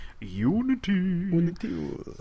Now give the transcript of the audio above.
Unity